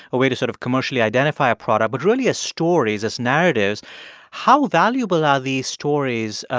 a way to sort of commercially identify a product, but really as stories, as narratives how valuable are these stories,